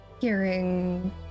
Hearing